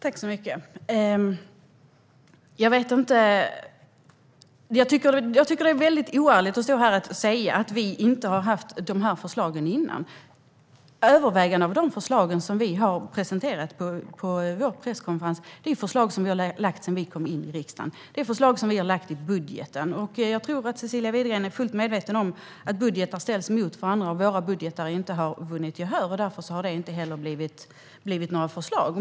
Herr talman! Det är väldigt oärligt att stå här och säga att vi inte har haft förslagen innan. Den övervägande delen av de förslag som vi har presenterat på vår presskonferens är förslag som vi har lagt fram sedan vi kom in i riksdagen. Det är förslag som vi har lagt fram i budgeten. Jag tror att Cecilia Widegren är fullt medveten om att budgetar ställs mot varandra. Våra budgetar har inte vunnit gehör, och därför har det inte heller blivit några förslag.